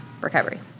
recovery